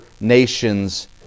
nations